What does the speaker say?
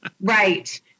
Right